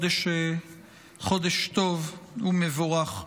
חודש טוב ומבורך.